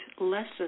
lessons